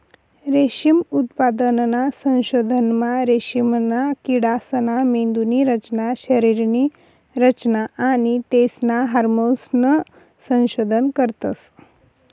रेशीम उत्पादनना संशोधनमा रेशीमना किडासना मेंदुनी रचना, शरीरनी रचना आणि तेसना हार्मोन्सनं संशोधन करतस